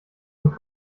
und